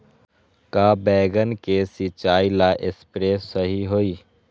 का बैगन के सिचाई ला सप्रे सही होई?